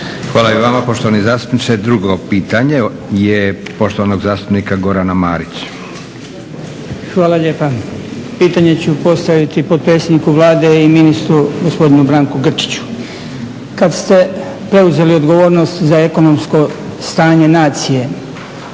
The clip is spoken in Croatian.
Hvala i vama poštovani zastupniče. Drugo pitanje je poštovanog zastupnika Gorana Marića. **Marić, Goran (HDZ)** Hvala lijepa. Pitanje ću postaviti potpredsjedniku Vlade i ministru gospodinu Branku Grčiću. Kada ste preuzeli odgovornost za ekonomsko stanje nacije,